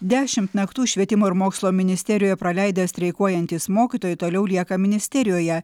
dešimt naktų švietimo ir mokslo ministerijoje praleidę streikuojantys mokytojai toliau lieka ministerijoje